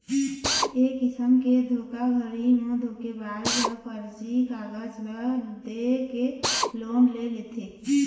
ए किसम के धोखाघड़ी म धोखेबाज ह फरजी कागज ल दे के लोन ले लेथे